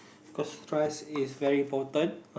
cause trust is very important